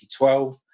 2012